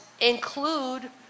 include